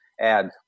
add